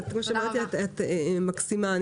את מקסימה,